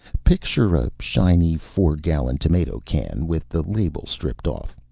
picture a shiny four-gallon tomato can, with the label stripped off,